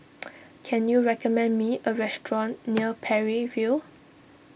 can you recommend me a restaurant near Parry View